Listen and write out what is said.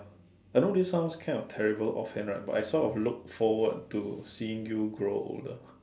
I know this sounds kind of terrible off hand right but I sort of look forward to seeing you grow older